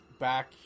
back